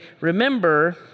remember